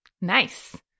nice